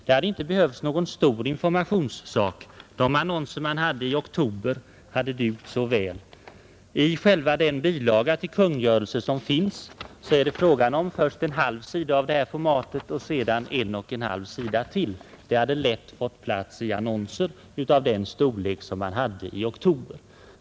Det hade inte behövts någon stor informationsinsats — annonser som de man hade i oktober hade dugt så väl. I själva den bilaga till kungörelsen som finns är det fråga om först en halv sida i AS-format och sedan en och en halv sida till. Det hade lätt fått plats i annonser av den storlek som man hade i oktober.